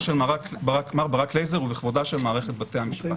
של מר ברק לייזר ובכבודה של מערכת בתי המשפט".